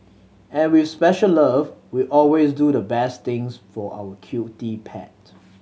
and with special love we always do the best things for our cutie pet